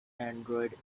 android